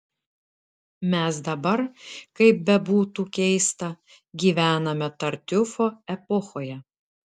mes dabar kaip bebūtų keista gyvename tartiufo epochoje